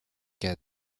get